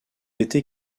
été